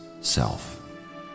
self